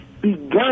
begun